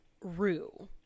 rue